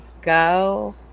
go